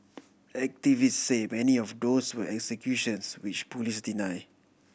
activist say many of those were executions which police deny